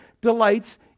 delights